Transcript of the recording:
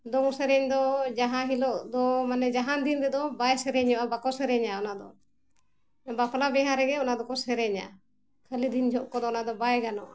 ᱫᱚᱝ ᱥᱮᱨᱮᱧ ᱫᱚ ᱡᱟᱦᱟᱸ ᱦᱤᱞᱳᱜ ᱫᱚ ᱢᱟᱱᱮ ᱡᱟᱦᱟᱱ ᱫᱤᱱ ᱨᱮᱫᱚ ᱵᱟᱭ ᱥᱮᱨᱮᱧᱚᱜᱼᱟ ᱵᱟᱠᱚ ᱥᱮᱨᱮᱧᱟ ᱚᱱᱟᱫᱚ ᱵᱟᱯᱞᱟ ᱵᱤᱦᱟᱹᱨᱮᱜᱮ ᱚᱱᱟ ᱫᱚᱠᱚ ᱥᱮᱨᱮᱧᱟ ᱠᱷᱟᱹᱞᱤ ᱫᱤᱱ ᱡᱚᱠᱷᱮᱡ ᱫᱚ ᱚᱱᱟᱫᱚ ᱵᱟᱭ ᱜᱟᱱᱚᱜᱼᱟ